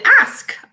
ask